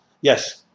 yes